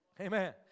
Amen